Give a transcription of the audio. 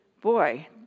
boy